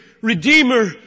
Redeemer